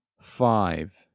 five